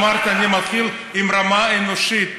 אמרתי שאני מתחיל עם רמה אנושית.